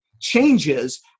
changes